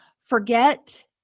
Forget